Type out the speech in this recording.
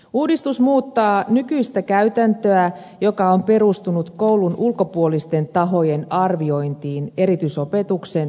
uudistus muuttaa nykyistä käytäntöä joka on perustunut koulun ulkopuolisten tahojen arviointiin erityisopetuksen tarpeesta